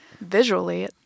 Visually